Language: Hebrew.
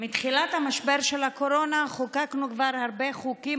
מתחילת המשבר של הקורונה חוקקנו כבר הרבה חוקים,